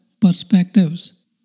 perspectives